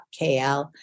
KL